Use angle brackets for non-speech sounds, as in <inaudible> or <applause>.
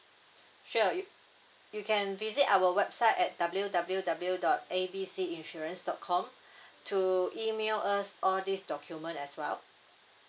<breath> sure you you can visit our website at W W W dot A B C insurance dot com <breath> to email us all these documents as well